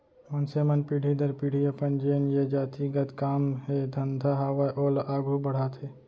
मनसे मन पीढ़ी दर पीढ़ी अपन जेन ये जाति गत काम हे धंधा हावय ओला आघू बड़हाथे